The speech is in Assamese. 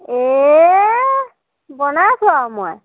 এ বনাইছো আৰু মই